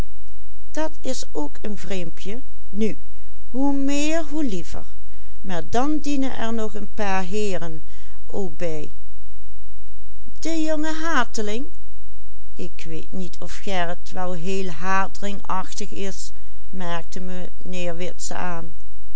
maar dan dienen er nog een paar heeren ook bij de jonge hateling ik weet niet of gerrit wel heel hateling achtig is merkte mijnheer witse aan